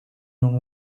non